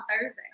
Thursday